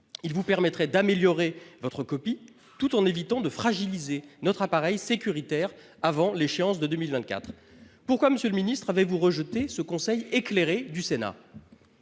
il vous permettrait d'améliorer votre copie tout en évitant de fragiliser notre appareil sécuritaire avant l'échéance de 2024. Pourquoi monsieur le ministre avait vous rejetez ce conseil éclairé du Sénat.